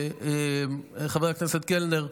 חבר הכנסת קלנר,